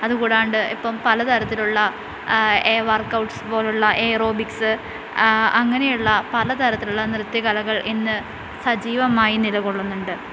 അതുകൂടാണ്ട് ഇപ്പം പലതരത്തിലുള്ള വർക്ഔട്സ് പോലുള്ള ഏറോബിക്സ് അങ്ങനെയുള്ള പലതരത്തിൽ ഉള്ള നൃത്ത്യ കലകൾ ഇന്ന് സജീവമായി നിലകൊള്ളുന്നുണ്ട്